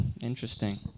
Interesting